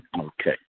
Okay